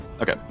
Okay